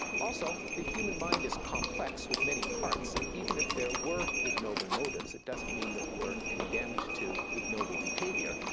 also, the human mind is complex with many parts. and even if there were ignoble motives, it doesn't mean that we're condemned to ignoble behavior,